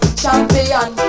champion